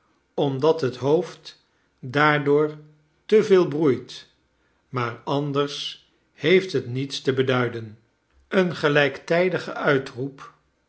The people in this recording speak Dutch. omdat het hoofd daardoor te veel broeit maar anders heeft het niets te beduiden een gelijktijdige uitroep